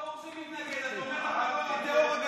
ברור שאתה מתנגד, תומך הטרור הגדול מכולם.